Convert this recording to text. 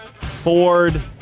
Ford